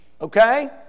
okay